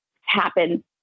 happen